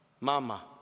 Mama